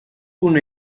una